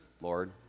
Lord